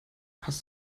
hast